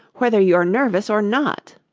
whether you're nervous or not